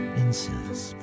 incense